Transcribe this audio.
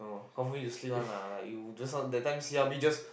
confirm you sleep one lah like you just now that time C_R_B just